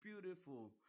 beautiful